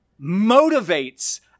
motivates